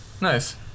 Nice